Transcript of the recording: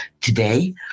Today